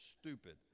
stupid